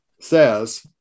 says